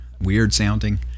weird-sounding